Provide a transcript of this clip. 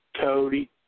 Cody